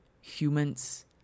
humans